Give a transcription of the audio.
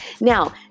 Now